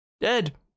Dead